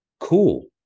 Cool